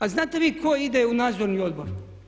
A znate vi tko ide u nadzorni odbor?